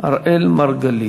אראל מרגלית.